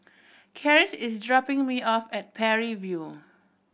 karis is dropping me off at Parry View